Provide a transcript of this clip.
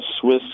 Swiss